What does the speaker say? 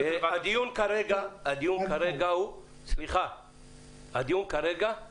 הדיון כרגע הוא על